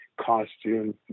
costume